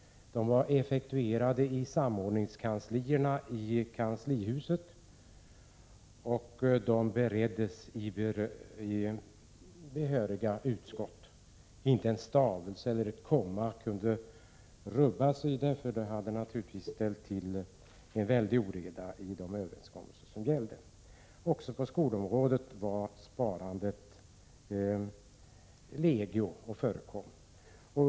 De var effektuerade av samordningskanslierna i kanslihuset och bereddes i behöriga utskott. Inte en stavelse eller ett kommatecken kunde rubbas, för det hade naturligtvis ställt till en väldig oreda i de överenskommelser som gällde. Också på skolområdet var besparingarna legio.